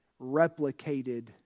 replicated